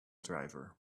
driver